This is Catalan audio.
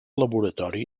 laboratori